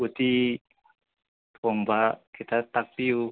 ꯎꯇꯤ ꯊꯣꯡꯕ ꯈꯤꯇ ꯇꯥꯛꯄꯤꯌꯨ